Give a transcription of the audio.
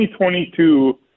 2022